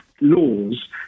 laws